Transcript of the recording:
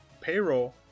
payroll